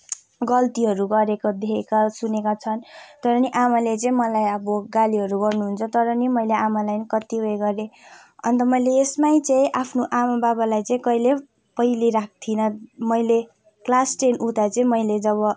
गल्तीहरू गरेका देखेका सुनेका छन् तर पनि आमाले चाहिँ मलाई अब गालीहरू गर्नुहुन्छ तर पनि मैले आमालाई पनि कति उयो गरेँ अन्त मैले यसमै चाहिँ आफ्नो आमा बाबालाई चाहिँ कहिले पहिले राख्दिनँ मैले क्लास टेन उता चाहिँ